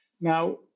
Now